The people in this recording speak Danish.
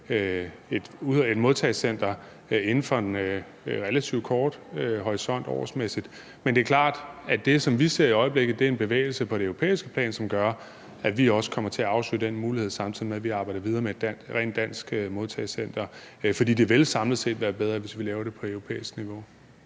et modtagecenter inden for en relativt kort horisont årsmæssigt. Men det er klart, at det, som vi ser i øjeblikket, er en bevægelse på det europæiske plan, som gør, at vi også kommer til at afsøge den mulighed, samtidig med at vi arbejder videre med et rent dansk modtagecenter, for det vil samlet set være bedre, hvis vi laver det på europæisk niveau.